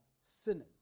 sinners